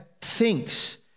thinks